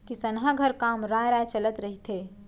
किसनहा घर काम राँय राँय चलत रहिथे